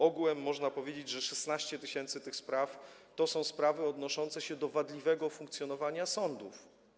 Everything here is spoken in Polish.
Ogółem można powiedzieć, że 16 tys. z nich to są sprawy odnoszące się do wadliwego funkcjonowania sądów.